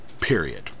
period